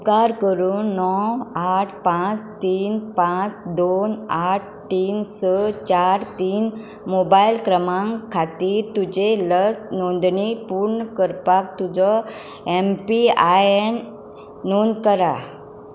उपकार करून णव आठ पांच तीन पांच दोन आठ तीन स चार तीन मोबायल क्रमांक खातीर तुजी लस नोंदणी पूर्ण करपाक तुजो एम पी आय एन नोंद करा